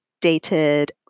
dated